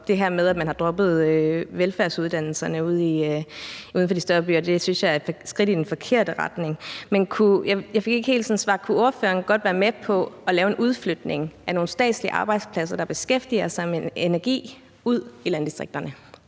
det her med, at man har droppet velfærdsuddannelserne ude ved de større byer, synes jeg er et skridt i den forkerte retning. Men jeg fik ikke helt svar før. Kunne ordføreren godt være med på at lave en udflytning af nogle statslige arbejdspladser, der beskæftiger sig med energi, ud i landdistrikterne?